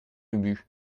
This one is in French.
ubu